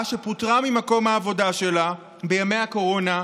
שפוטרה ממקום העבודה שלה בימי הקורונה,